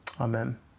Amen